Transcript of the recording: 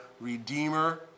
Redeemer